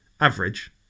average